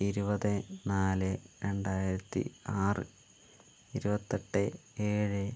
ഇരുപത് നാല് രണ്ടായിരത്തി ആറ് ഇരുപത്തെട്ട് ഏഴ്